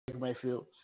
Mayfield